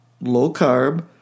low-carb